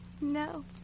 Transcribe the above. No